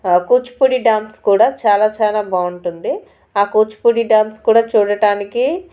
Kuchipudi dance కూడా చాలా చాలా బాగుంటుంది ఆ కూచిపూడి డ్యాన్స్ కూడా చూడటానికి